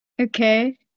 Okay